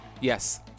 Yes